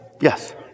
Yes